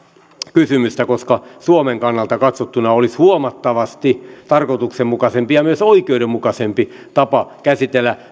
kysymystä koska suomen kannalta katsottuna olisi huomattavasti tarkoituksenmukaisempi ja myös oikeudenmukaisempi tapa käsitellä